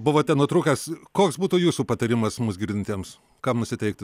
buvote nutrūkęs koks būtų jūsų patarimas mus girdintiems kam nusiteikti